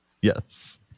Yes